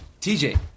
TJ